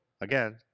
again